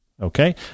Okay